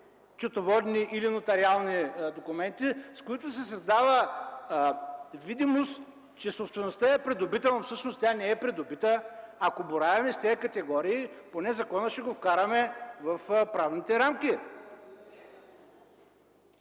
счетоводни или нотариални, с които се създава видимост, че собствеността е придобита, но всъщност тя не е придобита. Ако боравим с тези категории, поне закона ще го вкараме в правните рамки.